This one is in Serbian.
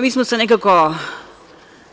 Mi smo se nekako